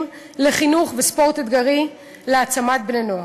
לחינוך וספורט אתגרי להעצמת בני-נוער,